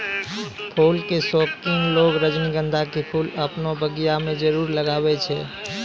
फूल के शौकिन लोगॅ रजनीगंधा के फूल आपनो बगिया मॅ जरूर लगाय छै